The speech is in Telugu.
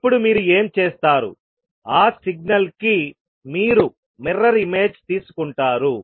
ఇప్పుడు మీరు ఏం చేస్తారు ఆ సిగ్నల్ కి మీరు మిర్రర్ ఇమేజ్ తీసుకుంటారు